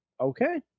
Okay